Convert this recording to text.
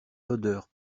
l’odeur